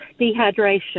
dehydration